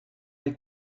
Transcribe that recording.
like